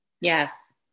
Yes